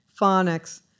phonics